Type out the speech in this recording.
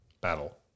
battle